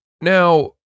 now